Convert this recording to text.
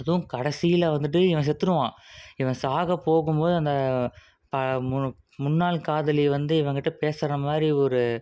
அதுவும் கடைசியில் வந்துட்டு இவன் செத்துடுவான் இவன் சாக போகும் போது அந்த முன்னாள் காதலி வந்து இவன்கிட்டே பேசுகிற மாதிரி ஒரு